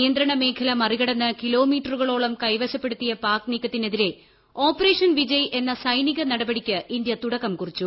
നിയന്ത്രണ മേഖല മറികടന്ന് കിലോമീറ്ററോളം പ്രദേശം കൈവശപ്പെടുത്തിയ പാക് നീക്കത്തിനെതിരെ ഓപ്പറേഷൻ വിജയ് എന്ന സൈനിക നടപടിക്ക് ഇന്ത്യ തുടക്കം കുറിച്ചു